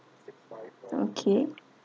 okay